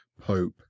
pope